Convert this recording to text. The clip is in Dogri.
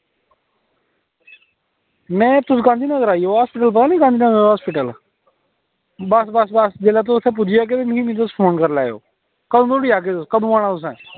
में तुस गांधीनगर आई जाएओ हॉस्पिटल पता नी गांधीनगर हॉस्पिटल बस बस बस जेल्लै तुस पुज्जी जाह्गे ते मिगी तुस फोन करी लैएओ कदूं धोड़ी आह्गे तुस कदूं आना तुसें